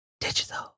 Digital